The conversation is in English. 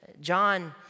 John